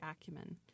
acumen